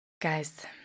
guys